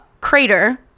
crater